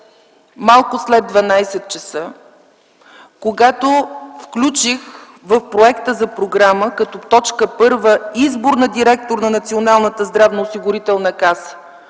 малко след 12,00 ч., когато включих в проекта за програма като точка първа избора на директор на Националната здравноосигурителна каса